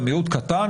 גם מיעוט קטן,